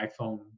iPhone